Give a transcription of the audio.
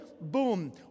boom